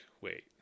wait